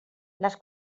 les